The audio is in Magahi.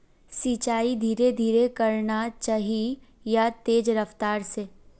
सिंचाई धीरे धीरे करना चही या तेज रफ्तार से?